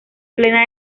plena